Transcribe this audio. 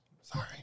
Sorry